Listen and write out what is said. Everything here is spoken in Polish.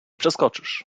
przeskoczysz